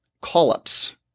call-ups